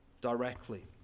directly